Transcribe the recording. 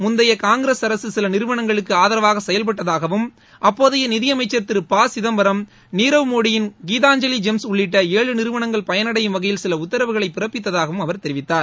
முந்தைய காங்கிரஸ் அரசு சில நிறுவனங்களுக்கு ஆதரவாக செயல்பட்டதாகவும் அப்போதைய நிதியமைச்சர் திரு ப சிதம்பரம் நீரவ் மோடியின் கீதாஞ்சலி ஜெம்ஸ் உள்ளிட்ட ஏழு நிறுவனங்கள் பயனடையும் வகையில் சில உத்தரவுகளை பிறப்பித்ததாகவும் அவர் தெரிவித்தார்